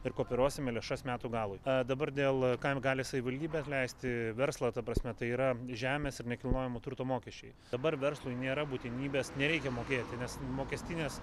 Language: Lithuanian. ir kooperuosime lėšas metų galui dabar dėl kam gali savivaldybė atleisti verslą ta prasme tai yra žemės ir nekilnojamo turto mokesčiai dabar verslui nėra būtinybės nereikia mokėti nes mokestinės